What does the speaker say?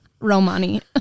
Romani